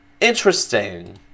interesting